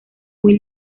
muy